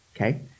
okay